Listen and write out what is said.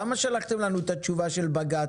למה שלחתם לנו את התשובה של בג"ץ?